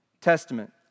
Testament